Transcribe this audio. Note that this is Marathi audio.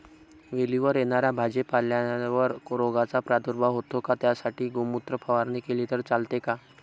वेलीवर येणाऱ्या पालेभाज्यांवर रोगाचा प्रादुर्भाव होतो का? त्यासाठी गोमूत्र फवारणी केली तर चालते का?